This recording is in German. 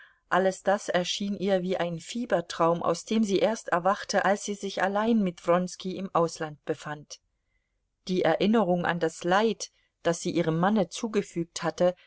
alles das erschien ihr wie ein fiebertraum aus dem sie erst erwachte als sie sich allein mit wronski im ausland befand die erinnerung an das leid das sie ihrem manne zugefügt hatte